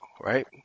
right